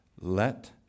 let